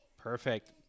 Perfect